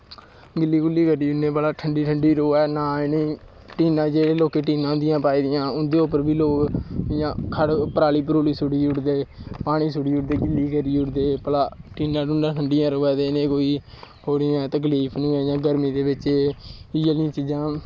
गिल्ली गुल्ली करी ओड़नें ठंडी ठुण्डी रौहै लोकें टीनां होंदियां पाई दियां उ'नें बी इ'यां पराली परूली सु'ट्टी ओड़दे गिल्ली गुल्ली करी ओड़दे भला ठंडी र'वै ते कि टीनां टूनां ठंडियां र'वै ते कोई इ'नें तकलीफ निं होऐ गर्मी दे बिच्च इ'यै जेहियां चीजां